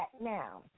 now